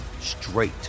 straight